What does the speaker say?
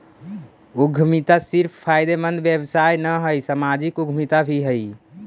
उद्यमिता सिर्फ फायदेमंद व्यवसाय न हई, सामाजिक उद्यमिता भी हई